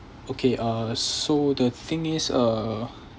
okay uh so the thing is uh